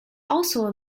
also